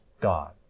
God